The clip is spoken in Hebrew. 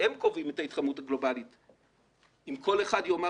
הם קובעים את ההתחממות הגלובלית אבל אם כל אחד יאמר